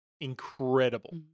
incredible